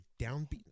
downbeat